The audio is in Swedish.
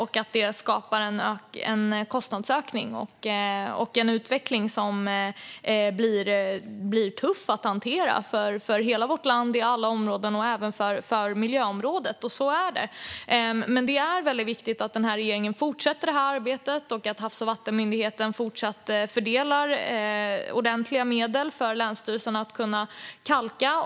Detta skapar en kostnadsökning och en utveckling som blir tuff att hantera för hela vårt land, på alla områden - även miljöområdet. Så är det. Det är viktigt att regeringen fortsätter det här arbetet och att Havs och vattenmyndigheten fortsatt fördelar ordentliga medel för att länsstyrelserna ska kunna kalka.